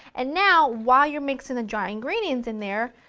and now while you're mixing the dry ingredients in there,